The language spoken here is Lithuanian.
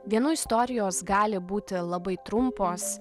vienų istorijos gali būti labai trumpos